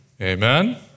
Amen